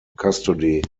custody